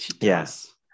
Yes